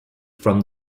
from